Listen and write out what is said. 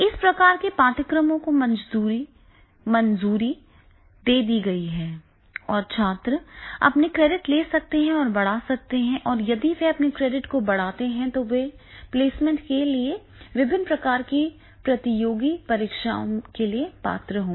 इस प्रकार के पाठ्यक्रमों को मंजूरी दे दी गई है और छात्र अपने क्रेडिट ले सकते हैं और बढ़ा सकते हैं और यदि वे अपने क्रेडिट को बढ़ाते हैं तो वे प्लेसमेंट के लिए विभिन्न प्रकार की प्रतियोगी परीक्षाओं के लिए पात्र होंगे